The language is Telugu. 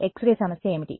ఎక్స్ రే సమస్య ఏమిటి